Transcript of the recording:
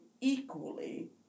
equally